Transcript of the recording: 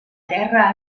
terra